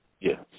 Yes